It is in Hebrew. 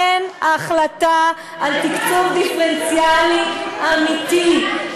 אין החלטה על תקצוב דיפרנציאלי אמיתי.